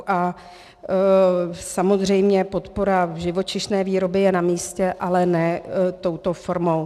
A samozřejmě podpora v živočišné výrobě je namístě, ale ne touto formou.